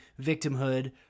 victimhood